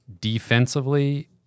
Defensively